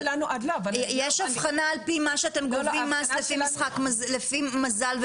אבל יש אבחנה על-פי מה שאתם גובים מס לפי מזל,